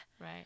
Right